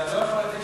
אתה לא יכול לתת